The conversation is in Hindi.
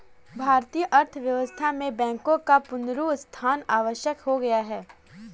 भारतीय अर्थव्यवस्था में बैंकों का पुनरुत्थान आवश्यक हो गया है